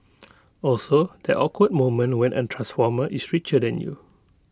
also that awkward moment when A transformer is richer than you